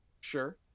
sure